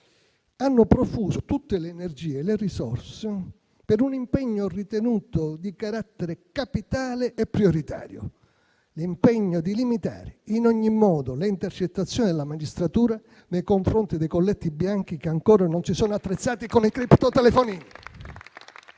hanno profuso tutte le energie e le risorse per un impegno ritenuto di carattere capitale e prioritario, ossia l'impegno di limitare in ogni modo le intercettazioni della magistratura nei confronti dei colletti bianchi che ancora non si sono attrezzati con i criptotelefonini.